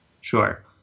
sure